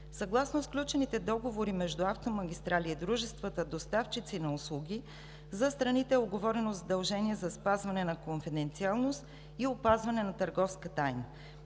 Съгласно сключените договори между „Автомагистрали“ и дружествата, доставчици на услуги, за страните е уговорено задължение за спазване на конфиденциалност и опазване на търговска тайна.